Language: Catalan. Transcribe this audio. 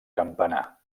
campanar